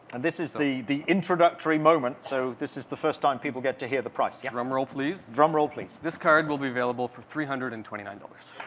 and this is the the introductory moment, so this is the first time people get to hear the price, yeah. drumroll, please. drumroll, please. this card will be available for three hundred and twenty nine point